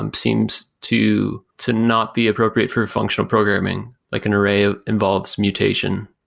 um seems to to not be appropriate for functional programming, like an array ah involves mutation.